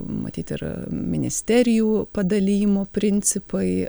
matyt ir ministerijų padalijimo principai